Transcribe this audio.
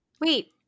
Wait